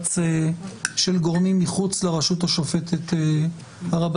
בלחץ של גורמים מחוץ לרשות השופטת הרבנית,